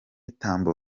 tambo